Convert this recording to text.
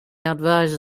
advise